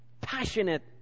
passionate